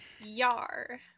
Yar